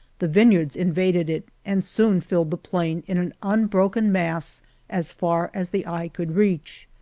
the vineyards invaded it and soon filled the plain in an unbroken mass as far as the eye could reach.